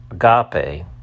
agape